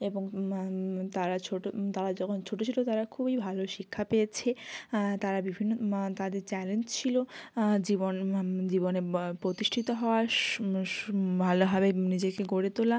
এবং তারা ছোটো তারা যখন ছোটো ছিলো তারা খুবই ভালো শিক্ষা পেয়েছে তারা বিভিন্ন তাদের চ্যালেঞ্জ ছিলো জীবন মা জীবনে প্রতিষ্ঠিত হওয়ার সময় ভালোভাবে নিজেকে গড়ে তোলা